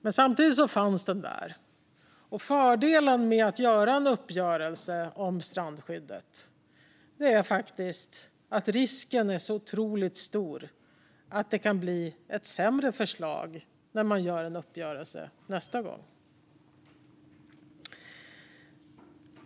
Men samtidigt fanns den där, och fördelen med en uppgörelse om strandskyddet är att risken är otroligt stor att det kan bli ett sämre förslag nästa gång man gör en uppgörelse.